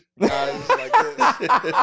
guys